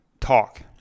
talk